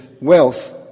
wealth